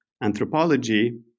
anthropology